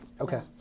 Okay